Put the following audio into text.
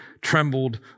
trembled